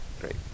great